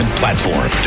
platform